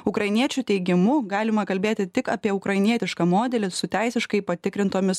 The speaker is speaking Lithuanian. ukrainiečių teigimu galima kalbėti tik apie ukrainietišką modelį su teisiškai patikrintomis